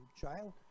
child